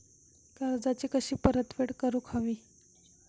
कर्जाची कशी परतफेड करूक हवी?